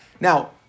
Now